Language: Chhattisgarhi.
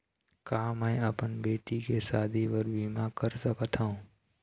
का मैं अपन बेटी के शादी बर बीमा कर सकत हव?